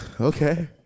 Okay